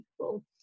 people